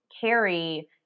carry